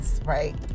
right